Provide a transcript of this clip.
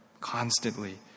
constantly